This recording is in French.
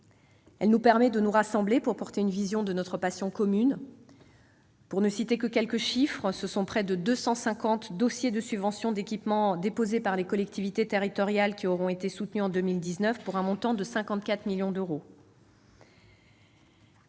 Elle nous permet de nous rassembler pour porter une vision de notre passion commune. Pour ne citer que quelques chiffres, ce sont près de 250 dossiers de subvention d'équipements déposés par les collectivités territoriales qui auront été soutenus en 2019, pour un montant de 54 millions d'euros.